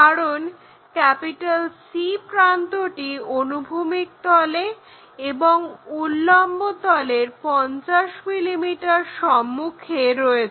কারণ C প্রান্তটি অনুভূমিক তলে এবং উল্লম্বতলের 50 mm সম্মুখে রয়েছে